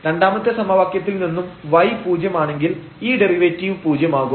രണ്ടാമത്തെ സമവാക്യത്തിൽ നിന്നും y പൂജ്യം ആണെങ്കിൽ ഈ ഡെറിവേറ്റീവ് പൂജ്യമാകും